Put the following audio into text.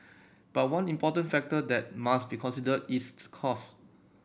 but one important factor that must be considered is cost